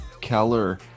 Keller